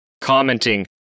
commenting